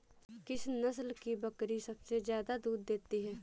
किस नस्ल की बकरी सबसे ज्यादा दूध देती है?